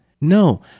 No